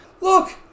Look